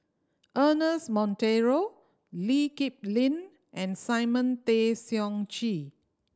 Ernest Monteiro Lee Kip Lin and Simon Tay Seong Chee